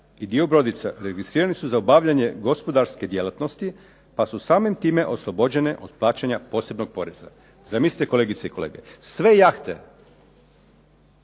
i dio brodica registrirani su za obavljanje gospodarske djelatnosti pa su samim time oslobođene od plaćanja posebnog poreza." Zamislite kolegice i kolege sve jahte